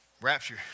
Rapture